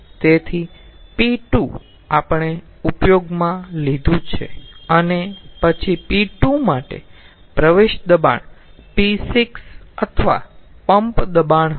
તેથીp2 આપણે ઉપયોગમાં લીધું છે અને પછી p2 માટે પ્રવેશ દબાણ p6 અથવા પંપ દબાણ હશે